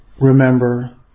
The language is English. Remember